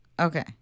Okay